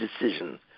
decision